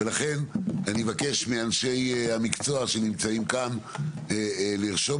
לכן אני מבקש מאנשי המקצוע שנמצאים כאן לרשום